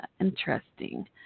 Interesting